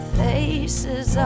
faces